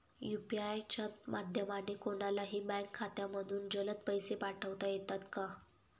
UPI च्या माध्यमाने कोणलाही बँक खात्यामधून जलद पैसे पाठवता येतात का?